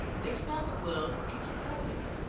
went about the world looking for boys.